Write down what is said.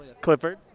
Clifford